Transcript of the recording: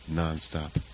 non-stop